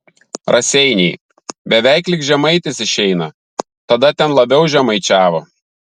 raseiniai beveik lyg žemaitis išeina tada ten labiau žemaičiavo